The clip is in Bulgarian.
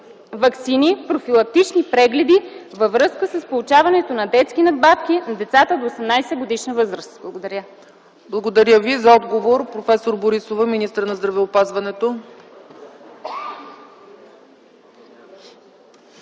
ваксини и профилактични прегледи във връзка с получаването на детски надбавки на децата до 18-годишна възраст? Благодаря. ПРЕДСЕДАТЕЛ ЦЕЦКА ЦАЧЕВА: За отговор – проф. Борисова, министър на здравеопазването.